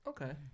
Okay